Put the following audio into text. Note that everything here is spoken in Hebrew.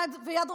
כי היא תצטרך